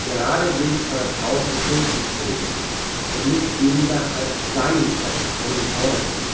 geradesweges vor das haus des schulzen zogen und nicht weniger als seinen kopf von ihm forderten